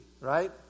right